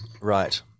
Right